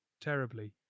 terribly